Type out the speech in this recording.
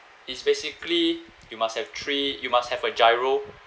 it's basically you must have three you must have a giro